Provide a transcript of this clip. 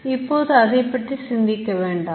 இப்போது அதைப் பற்றி சிந்திக்க வேண்டாம்